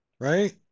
right